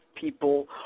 people